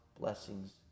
blessings